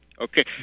Okay